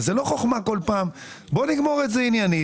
אז זה לא חוכמה כל פעם בואו נגמור את זה עניינית.